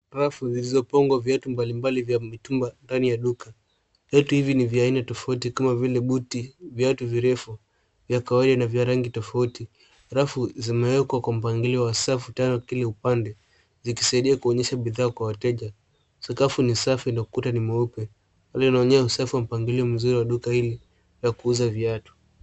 Rafu zilizopangwa viatu mbalimbali vya mitumba ndani ya duka. Viatu hivi ni vya aina tofauti kama vile buti, viatu virefu, vya kawaida na vya rangi tofauti. Rafu zimewekwa kwa mpangilio wa safu tano kila upande zikisaidia kuonyesha bidhaa kwa wateja. Sakafu ni safi na ukuta ni mweupe. Hali hii inaonyesha hali ya mpangilio mzuri wa duka hili la kuuza viatu.